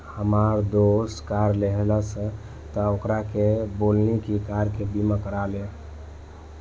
हामार दोस्त कार लेहलस त ओकरा से बोलनी की कार के बीमा करवा ले